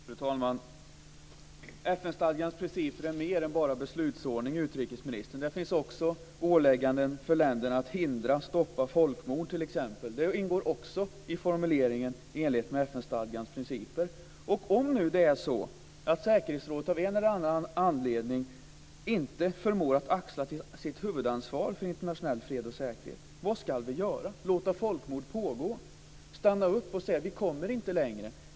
Fru talman! FN-stadgans principer är mer än bara beslutsordning, utrikesministern. Det finns också ålägganden för länderna att t.ex. hindra och stoppa folkmord. Det ingår också i formuleringen "i enlighet med FN-stadgans principer". Om nu säkerhetsrådet av en eller annan anledning inte förmår att axla sitt huvudansvar för internationell fred och säkerhet, vad ska vi då göra? Ska vi låta folkmord pågå? Ska vi stanna upp och säga: Vi kommer inte längre?